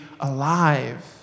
alive